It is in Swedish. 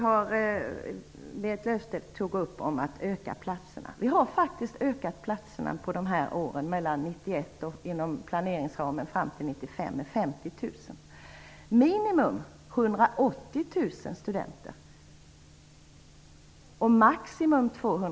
Berit Löfstedt tog upp frågan om att öka platserna. Vi har faktiskt inom planeringsramen ökat platserna mellan år 1991 och år 1995 med 50 000.